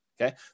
Okay